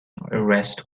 arrest